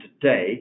today